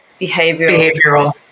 behavioral